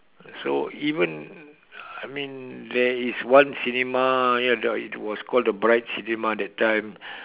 so even I mean there is one cinema near the it was called the bright cinema that time